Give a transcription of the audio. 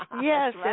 Yes